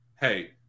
hey